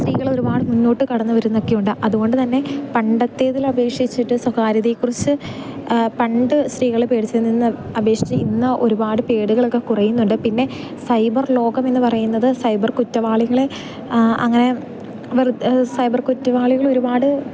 സ്ത്രീകൾ ഒരുപാട് മുന്നോട്ട് കടന്നുവരുന്നൊക്കെ ഉണ്ട് അതുകൊണ്ടുതന്നെ പണ്ടത്തേതിൽ അപേക്ഷിച്ചിട്ട് സ്വകാര്യതയെക്കുറിച്ച് പണ്ട് സ്ത്രീകൾ പേടിച്ചുനിന്ന് അപേക്ഷിച്ച് ഇന്ന് ഒരുപാട് പേടികളൊക്കെ കുറയുന്നുണ്ട് പിന്നെ സൈബർ ലോകമെന്നു പറയുന്നത് സൈബർ കുറ്റവാളികളെ അങ്ങനെ വെറുതെ സൈബർ കുറ്റവാളികൾ ഒരുപാട്